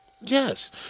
Yes